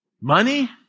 money